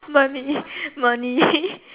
money money